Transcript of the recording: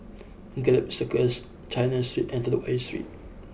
Gallop Circus China Street and Telok Ayer Street